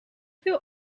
veel